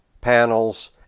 panels